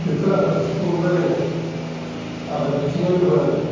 बेफोर आंखालखौ सुफुंनोबा जोङो आबाद बिथिङाव जौगानांगोन